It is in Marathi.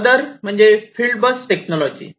आदर म्हणजे फील्ड बस टेक्नॉलॉजी